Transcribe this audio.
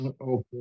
Okay